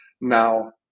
Now